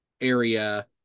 area